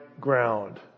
ground